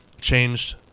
Changed